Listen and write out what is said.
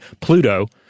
Pluto